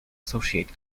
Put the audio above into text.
associated